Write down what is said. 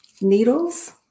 needles